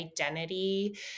identity